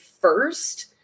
first